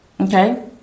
Okay